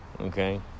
Okay